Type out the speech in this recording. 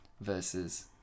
Versus